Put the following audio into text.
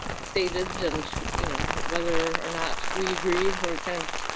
stated and you know whether or not we agree or kind of,